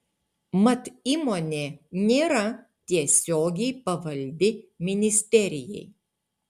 mat įmonė nėra tiesiogiai pavaldi ministerijai